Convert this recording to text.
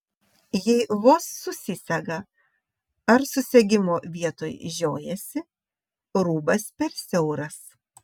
jei vos susisega ar susegimo vietoj žiojasi rūbas per siauras